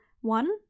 One